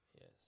yes